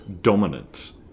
dominance